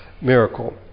miracle